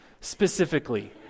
specifically